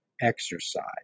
exercise